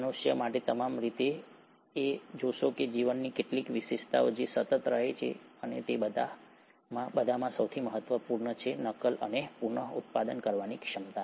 મનુષ્યો માટે તમામ રીતે તમે જોશો કે જીવનની કેટલીક વિશેષતાઓ છે જે સતત રહે છે અને તે બધામાં સૌથી મહત્વપૂર્ણ છે નકલ અને પુનઃઉત્પાદન કરવાની ક્ષમતા